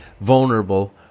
vulnerable